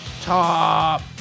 top